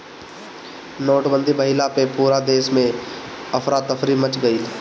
नोटबंदी भइला पअ पूरा देस में अफरा तफरी मच गईल